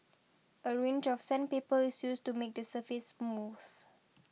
a range of sandpaper is used to make the surface smooth